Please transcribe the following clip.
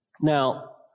Now